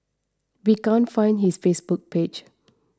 we can't find his Facebook page